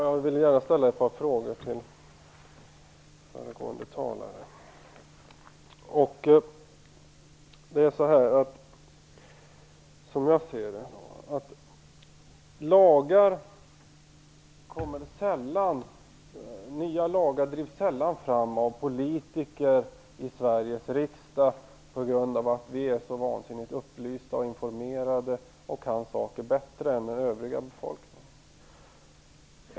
Fru talman! Jag vill ställa ett par frågor till föregående talare. Som jag ser det, drivs nya lagar sällan fram av oss politiker i Sveriges riksdag på grund av att vi är så väldigt upplysta och informerade och kan saker bättre än den övriga befolkningen.